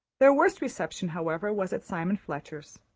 their worst reception, however, was at simon fletcher's.